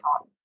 on